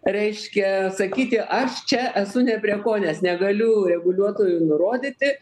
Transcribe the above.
reiškia sakyti aš čia esu ne prie ko nes negaliu reguliuotojui nurodyti